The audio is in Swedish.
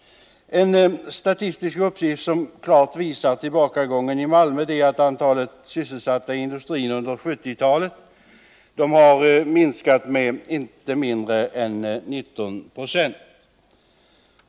En statistisk uppgift som klart visar tillbakagången i Malmö är att antalet sysselsatta i industrin under 1970-talet har minskat med inte mindre än 19 96.